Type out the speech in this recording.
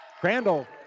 Crandall